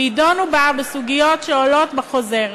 וידונו בה בסוגיות שעולות בחוזר